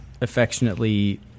affectionately